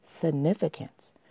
significance